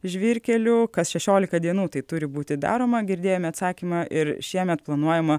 žvyrkelių kas šešiolika dienų tai turi būti daroma girdėjome atsakymą ir šiemet planuojama